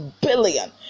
billion